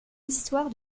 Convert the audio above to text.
histoire